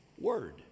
word